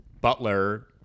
Butler